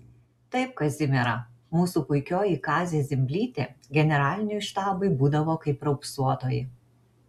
taip kazimiera mūsų puikioji kazė zimblytė generaliniam štabui būdavo kaip raupsuotoji